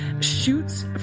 shoots